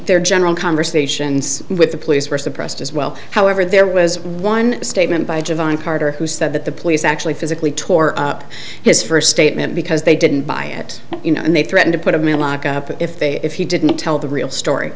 their general conversations with the police were suppressed as well however there was one statement by john carter who said that the police actually physically tore up his first statement because they didn't buy it and they threaten to put a mock up if they if he didn't tell the real story